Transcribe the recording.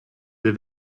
des